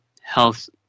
health